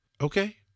Okay